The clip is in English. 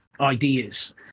ideas